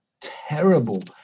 terrible